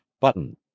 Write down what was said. Button